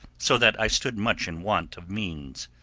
so that i stood much in want of means,